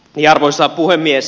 arvoisa puhemies